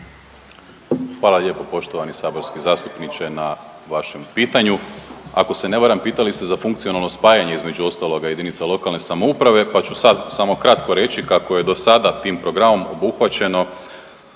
Hvala lijepo poštovani saborski zastupniče na vašem pitanju. Ako se ne varam pitali ste za funkcionalno spajanje između ostaloga JLS, pa ću sad samo kratko reći kako je dosada tim programom obuhvaćeno